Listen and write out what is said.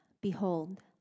Behold